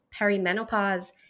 perimenopause